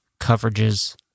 coverages